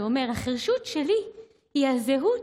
שאומר: החירשות שלי היא הזכות,